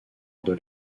deux